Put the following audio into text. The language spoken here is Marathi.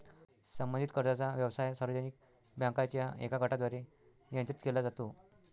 संबंधित कर्जाचा व्यवसाय सार्वजनिक बँकांच्या एका गटाद्वारे नियंत्रित केला जातो